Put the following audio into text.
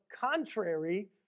contrary